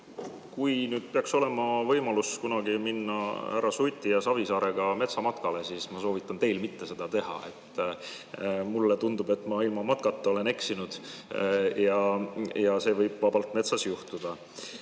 Kui peaks olema võimalus kunagi minna härra Suti ja Savisaarega metsamatkale, siis ma soovitan teil mitte seda teha. Mulle tundub, et ma ilma matkata olen eksinud, see võib vabalt metsas juhtuda.